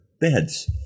beds